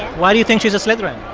why do you think she's a slytherin?